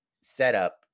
setup